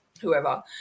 whoever